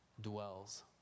dwells